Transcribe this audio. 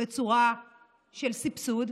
בצורה של סבסוד,